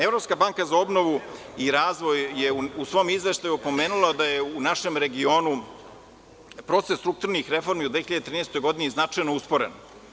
Evropska banka za obnovu i razvoj je u svom izveštaju opomenula da je u našem regionu proces strukturnih reformi u 2013. godini značajno usporen.